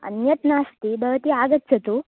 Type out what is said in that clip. अन्यत् नास्ति भवती आगच्छतु